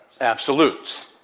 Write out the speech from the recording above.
absolutes